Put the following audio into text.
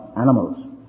animals